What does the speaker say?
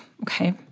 Okay